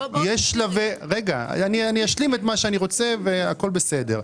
אשלים את מה שאני רוצה, והכול בסדר.